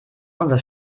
unser